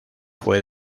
fue